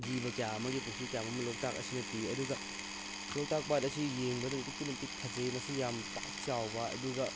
ꯖꯤꯕ ꯀꯌꯥꯑꯃꯒꯤ ꯄꯨꯟꯁꯤ ꯀꯌꯥ ꯃꯔꯨꯝ ꯑꯃ ꯂꯣꯛꯇꯥꯛ ꯑꯁꯤꯅ ꯄꯤ ꯑꯗꯨꯒ ꯂꯣꯛꯇꯥꯛ ꯄꯥꯠ ꯑꯁꯤ ꯌꯦꯡꯕꯗ ꯑꯗꯨꯛꯀꯤ ꯃꯇꯤꯛ ꯐꯖꯩ ꯃꯁꯤ ꯌꯥꯝ ꯄꯥꯛ ꯆꯥꯎꯕ ꯑꯗꯨꯒ